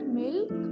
milk